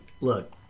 Look